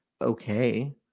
okay